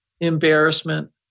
embarrassment